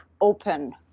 open